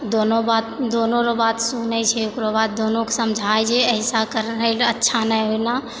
दोनो बात दोनो लोग बात सुनै छै ओकरो बात दोनो को समझाए छै ऐसा करि लऽ अच्छा नहि होना